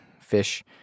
fish